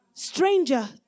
stranger